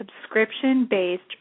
subscription-based